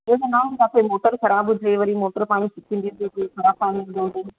इअं त न किथे मोटर ख़राबु हुजे वरी मोटर पाणी खिचंदी हुजे ख़राबु पाणी ईंदो हुजे